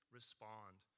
respond